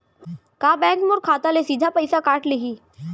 का बैंक मोर खाता ले सीधा पइसा काट लिही?